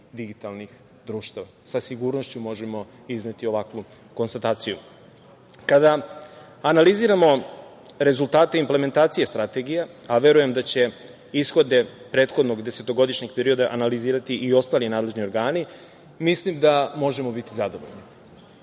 digitalnih društava, sa sigurnošću možemo izneti ovakvu konstataciju. Kada analiziramo rezultate implementacije strategija, a verujem da će ishode prethodnog desetogodišnjeg perioda analizirati i ostali nadležni organi, mislim da možemo biti zadovoljni.